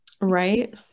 Right